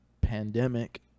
pandemic